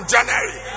January